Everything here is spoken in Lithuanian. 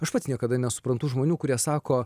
aš pats niekada nesuprantu žmonių kurie sako